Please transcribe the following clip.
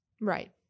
Right